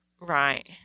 Right